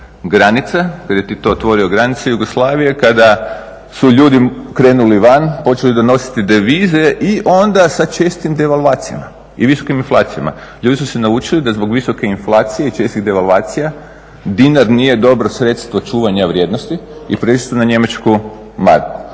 granica, kad je Tito otvorio granice Jugoslavije, kada su ljudi krenuli van, počeli donositi devize i onda sa čestim devalvacijama, i visokim inflacijama. Ljudi su se naučili da zbog visoke inflacije i čestih devalvacija dinar nije dobro sredstvo čuvanja vrijednosti i prešli su na njemačku marku.